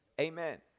Amen